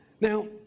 Now